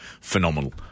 phenomenal